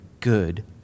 good